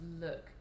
look